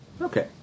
Okay